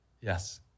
Yes